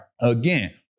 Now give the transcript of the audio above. Again